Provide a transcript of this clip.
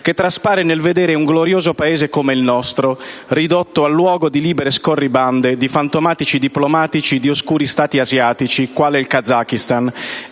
che traspare nel vedere un glorioso Paese come il nostro ridotto a luogo di libere scorribande di fantomatici diplomatici di oscuri Stati asiatici, quale il Kazakistan,